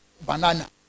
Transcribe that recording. Banana